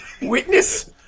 witness